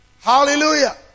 Hallelujah